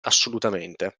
assolutamente